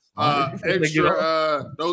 extra